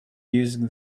using